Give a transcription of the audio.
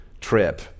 trip